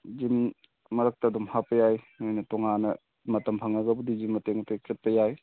gym ꯃꯔꯛꯇ ꯑꯗꯨꯝ ꯍꯥꯞꯄ ꯌꯥꯏ ꯅꯈꯣꯏꯅ ꯇꯣꯉꯥꯟꯅ ꯃꯇꯝ ꯐꯪꯉꯒꯕꯨꯗꯤ ꯖꯤꯝ ꯃꯇꯦꯛ ꯃꯇꯦꯛ ꯆꯠꯄ ꯌꯥꯏ